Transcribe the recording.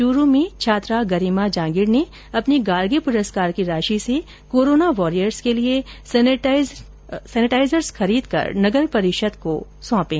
चूरू में छात्रा गरिमा जांगिड़ ने गार्गी पुरस्कार की राशि से कोरोना वायरस के लिए सेनेटाइजर खरीद कर नगर परिषद को सौंपे